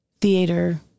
theater